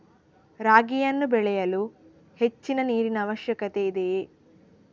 ರಾಗಿಯನ್ನು ಬೆಳೆಯಲು ಹೆಚ್ಚಿನ ನೀರಿನ ಅವಶ್ಯಕತೆ ಇದೆಯೇ?